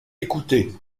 écoutait